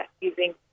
using